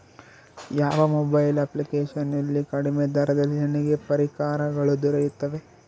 ಯಾವ mobile application ನಲ್ಲಿ ಕಡಿಮೆ ದರದಲ್ಲಿ ನನಗೆ ಪರಿಕರಗಳು ದೊರೆಯುತ್ತವೆ?